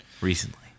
recently